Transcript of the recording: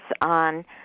on